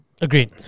agreed